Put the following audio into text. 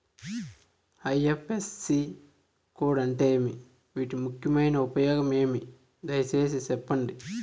IFSC code అంటే ఏమి? వీటి ముఖ్య ఉపయోగం ఏమి? దయసేసి సెప్పండి?